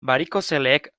barikozeleek